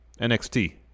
NXT